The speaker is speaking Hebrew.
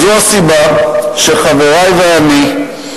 זו הסיבה שחברי ואני,